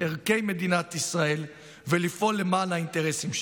ערכי מדינת ישראל ולפעול למען האינטרסים שלה.